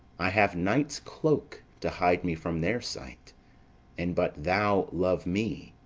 i have night's cloak to hide me from their sight and but thou love me,